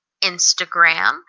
Instagram